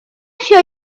show